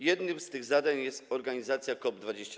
Jednym z tych zadań jest organizacja COP24.